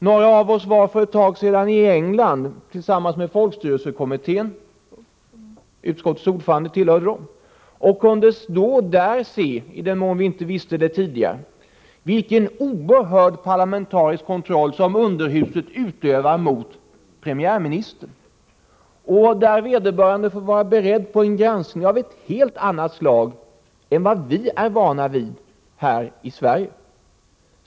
Några av oss var för ett tag sedan i England tillsammans med folkstyrelsekommittén — utskottets ordförande hör till dem — och kunde då konstatera, i den mån vi inte visste det redan tidigare, vilken parlamentarisk kontroll som underhuset utövar mot premiärministern. Vederbörande får vara beredd på en granskning av ett helt annat slag än vad vi är vana vid här i Sverige.